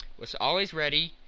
was always ready,